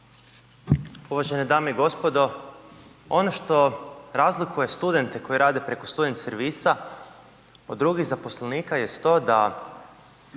Uvažene dame i gospodo, ono što razlikuje studente koji rade preko student servisa od drugih zaposlenika jest to da